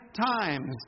times